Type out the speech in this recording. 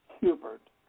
Hubert